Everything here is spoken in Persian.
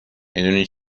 میدونی